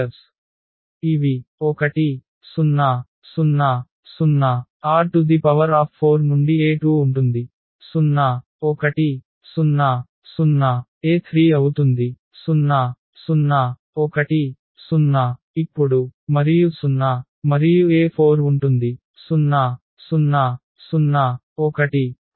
ఇవి 1 0 0 0 R⁴ నుండి e2 ఉంటుంది 0 1 0 0 e3 అవుతుంది 0 0 1 0 ఇప్పుడు మరియు 0 మరియు e4 ఉంటుంది 0 0 0 1